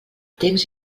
temps